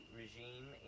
regime